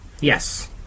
yes